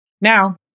Now